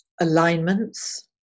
alignments